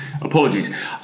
apologies